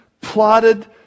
plotted